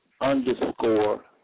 underscore